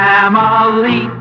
Family